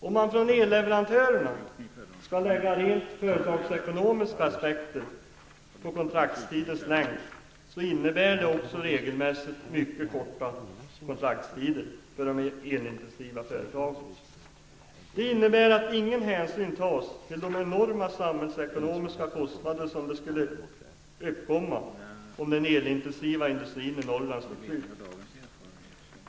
Om man från elleverantörerna lägger rent företagsekonomiska aspekter på kontraktstidens längd, innebär det regelmässigt mycket korta kontraktstider för de elintensiva företagen. Detta innebär att ingen hänsyn tas till de enorma samhällsekonomiska kostnader som skulle uppkomma om den elintensiva industrin i Norrland slogs ut.